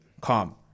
calm